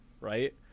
right